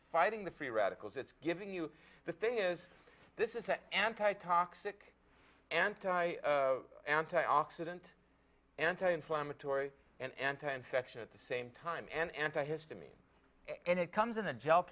fighting the free radicals it's giving you the thing is this is the anti toxic anti anti oxidant anti inflammatory and anti infection at the same time an anti histamine and it comes in a